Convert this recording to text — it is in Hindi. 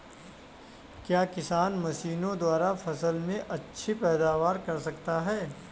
क्या किसान मशीनों द्वारा फसल में अच्छी पैदावार कर सकता है?